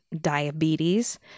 diabetes